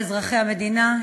על אזרחי המדינה.